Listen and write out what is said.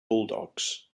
bulldogs